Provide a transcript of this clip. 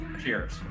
Cheers